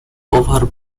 over